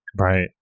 Right